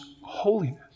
holiness